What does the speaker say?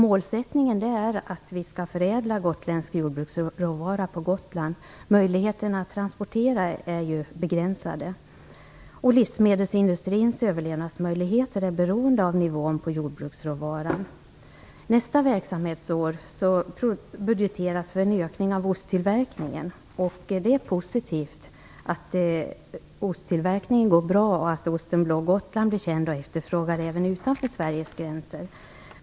Målsättningen är att vi skall förädla gotländsk jordbruksråvara på Gotland. Möjligheterna att transportera är ju begränsade. Livsmedelsindustrins överlevnadsmöjligheter är beroende av nivån på jordbruksråvaran. Nästa verksamhetsår budgeteras för en ökning av osttillverkningen. Det är positivt att osttillverkningen går bra och att osten Blå Gotland blir känd och efterfrågad även utanför Sveriges gränser.